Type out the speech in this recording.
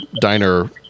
diner